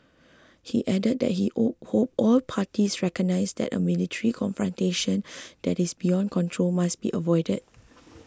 he added that he hoped all parties recognise that a military confrontation that is beyond control must be avoided